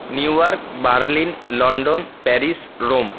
new York Berlin London Paris Rome